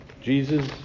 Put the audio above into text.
Jesus